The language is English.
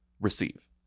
receive